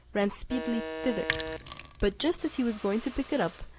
ran speedily thither but just as he was going to pick it up,